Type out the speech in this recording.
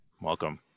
Welcome